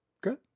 Good